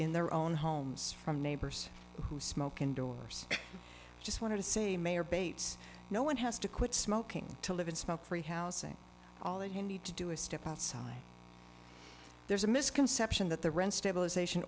in their own homes from neighbors who smoke indoors just want to see mayor bates no one has to quit smoking to live in smoke free housing all you need to do is step outside there's a misconception that the rent stabilization